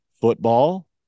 football